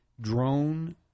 drone